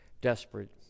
desperate